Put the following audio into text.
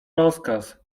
rozkaz